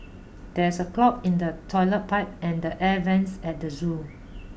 there is a clog in the toilet pipe and the air vents at the zoo